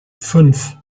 fünf